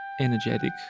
energetic